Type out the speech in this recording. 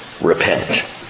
repent